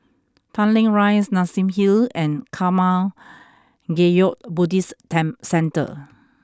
Tanglin Rise Nassim Hill and Karma Kagyud Buddhist temp Centre